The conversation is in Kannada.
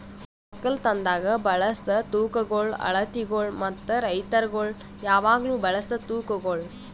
ಒಕ್ಕಲತನದಾಗ್ ಬಳಸ ತೂಕಗೊಳ್, ಅಳತಿಗೊಳ್ ಮತ್ತ ರೈತುರಗೊಳ್ ಯಾವಾಗ್ಲೂ ಬಳಸ ತೂಕಗೊಳ್